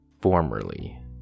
Formerly